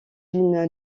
une